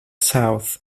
south